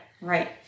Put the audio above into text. right